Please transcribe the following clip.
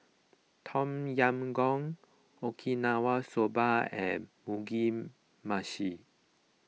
Tom Yam Goong Okinawa Soba and Mugi Meshi